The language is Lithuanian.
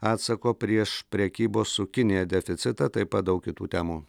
atsako prieš prekybos su kinija deficitą taip pat daug kitų temų